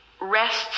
rests